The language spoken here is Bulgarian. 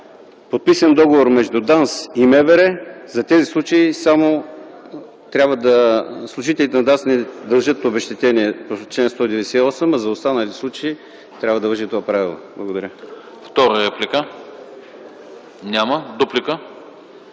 подписан договор между ДАНС и МВР, в тези случаи само – те, като служители на ДАНС, не дължат обезщетение по чл. 198, а за останалите случаи трябва да важи това правило. Благодаря.